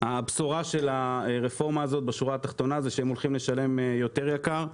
הבשורה של הרפורמה הזאת היא שהם הולכים לשלם יותר יקר.